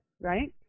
right